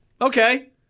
Okay